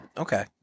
okay